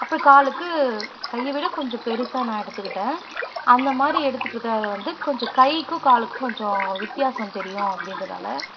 அப்புறம் காலுக்கு கையைவிட கொஞ்சம் பெருசாக நான் எடுத்துக்கிட்டேன் அந்தமாதிரி எடுத்துக்கிறதால வந்து கொஞ்சம் கைக்கும் காலுக்கும் கொஞ்சம் வித்தியாசம் தெரியும் அப்படின்றதால